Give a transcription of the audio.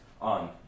on